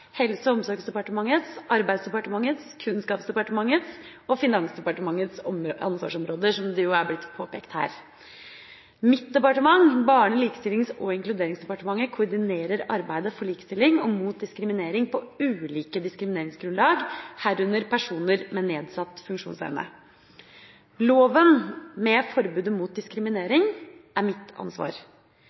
Helse- og omsorgsdepartementets, Arbeidsdepartementets, Kunnskapsdepartementets og Finansdepartementets ansvarsområder, som det jo er blitt påpekt her. Mitt departement, Barne-, likestillings- og inkluderingsdepartementet, koordinerer arbeidet for likestilling og mot diskriminering på ulike diskrimineringsgrunnlag, herunder personer med nedsatt funksjonsevne. Loven om forbud mot diskriminering er mitt ansvar.